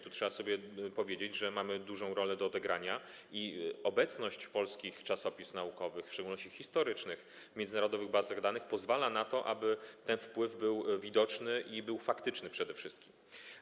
Tu, trzeba sobie powiedzieć, mamy dużą rolę do odegrania i obecność polskich czasopism naukowych, w szczególności historycznych, w międzynarodowych bazach danych pozwala na to, aby ten wpływ był widoczny i był przede wszystkim faktyczny.